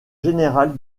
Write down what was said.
général